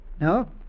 No